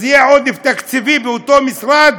אז יהיה עודף תקציבי באותו משרד?